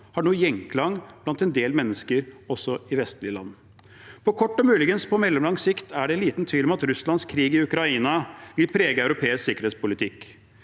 har noe gjenklang blant en del mennesker også i vestlige land. På kort sikt, og muligens på mellomlang sikt, er det liten tvil om at Russlands krig i Ukraina vil prege europeisk sikkerhetspolitikk.